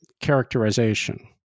characterization